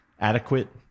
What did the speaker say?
adequate